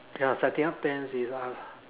ya setting up tents is ah